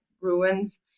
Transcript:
ruins